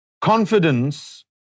confidence